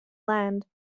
land